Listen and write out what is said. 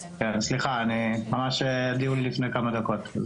כן, סליחה, אני ממש דיון לפני כמה דקות.